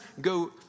go